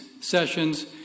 sessions